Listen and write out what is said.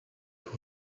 who